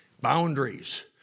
boundaries